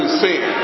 sin